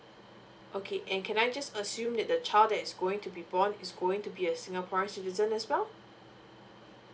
okay and can I just assume that the child that is going to be born is going to be a singaporean citizen as well